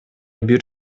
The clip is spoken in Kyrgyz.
бир